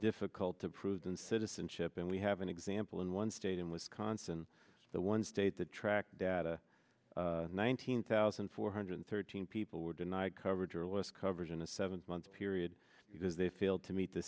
difficult to prove than citizenship and we have an example in one state in wisconsin the one state that tracked data nineteen thousand four hundred thirteen people were denied coverage or less coverage in a seven month period because they failed to meet the